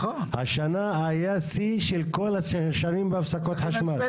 השנה היה שיא של כל השנים בהפסקות חשמל.